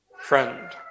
friend